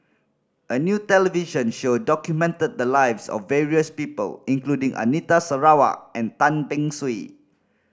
a new television show documented the lives of various people including Anita Sarawak and Tan Beng Swee